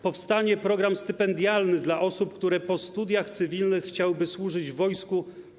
Powstanie program stypendialny dla osób, które po studiach cywilnych chciałby służyć w wojsku.